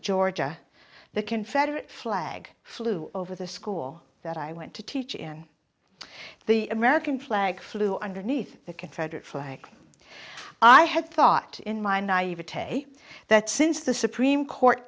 georgia the confederate flag flew over the school that i went to teach in the american flag flew underneath the confederate flag i had thought in mind i even take that since the supreme court